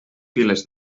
piles